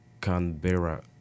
Canberra